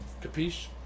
Capiche